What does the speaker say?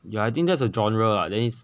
ya I think just a genre then is